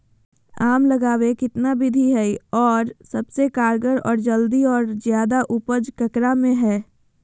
आम लगावे कितना विधि है, और सबसे कारगर और जल्दी और ज्यादा उपज ककरा में है?